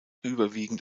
überwiegend